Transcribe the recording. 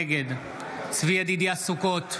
נגד צבי ידידיה סוכות,